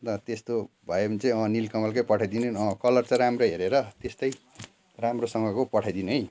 ल त्यस्तो भयो भने चाहिँ अँ निलकमलकै पठाइदिनु अँ कलर चाहिँ राम्रो हेरेर त्यस्तै राम्रोसँगको पठाइदिनु है